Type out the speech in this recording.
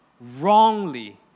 wrongly